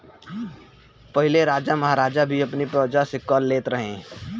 पहिले राजा महाराजा भी अपनी प्रजा से कर लेत रहे